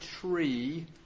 tree